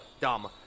Dumb